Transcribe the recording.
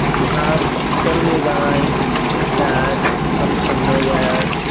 you have certainly a guy that comes from nowhere,